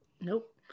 nope